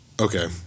Okay